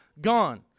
gone